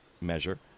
measure